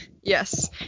Yes